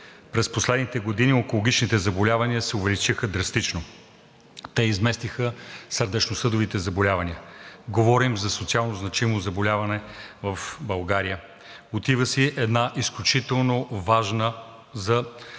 През последните години онкологичните заболявания се увеличиха драстично. Те изместиха сърдечно-съдовите заболявания. Говорим за социално значимо заболяване в България. Отива си една изключително важна от